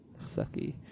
Sucky